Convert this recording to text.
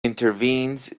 intervenes